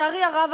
לצערי הרב,